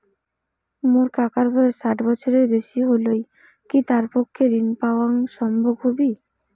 মোর কাকার বয়স ষাট বছরের বেশি হলই কি তার পক্ষে ঋণ পাওয়াং সম্ভব হবি?